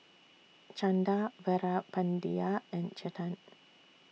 Chanda Veerapandiya and Chetan